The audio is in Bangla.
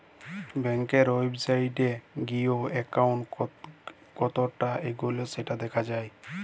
ব্যাংকের ওয়েবসাইটে গিএ একাউন্ট কতটা এগল্য সেটা দ্যাখা যায়